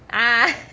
ah